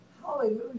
Hallelujah